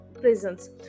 prisons